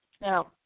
Now